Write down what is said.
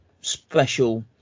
special